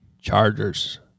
Chargers